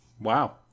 Wow